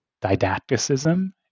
didacticism